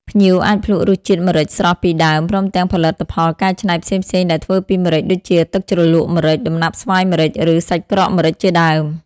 ភ្ញៀវអាចភ្លក្សរសជាតិម្រេចស្រស់ពីដើម ព្រមទាំងផលិតផលកែច្នៃផ្សេងៗដែលធ្វើពីម្រេច ដូចជាទឹកជ្រលក់ម្រេច ដំណាប់ស្វាយម្រេច ឬសាច់ក្រកម្រេចជាដើម ។